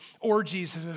orgies